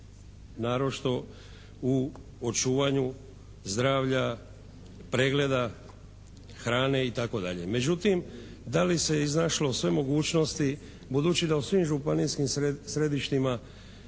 naročito u očuvanju zdravlja, pregleda, hrane itd. Međutim, da li se iznašlo sve mogućnosti budući da u svim županijskim središtima,